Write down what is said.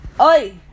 Oi